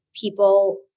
people